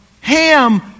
Ham